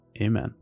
Amen